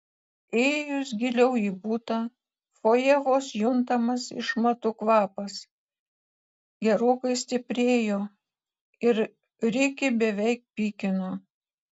įėjus giliau į butą fojė vos juntamas išmatų kvapas gerokai stiprėjo ir rikį beveik pykino